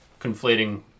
conflating